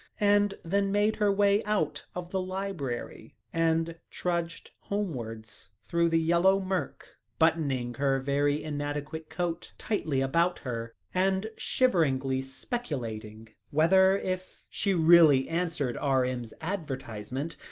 and then made her way out of the library and trudged homewards through the yellow murk, buttoning her very inadequate coat tightly about her and shiveringly speculating whether, if she really answered r m s advertisement,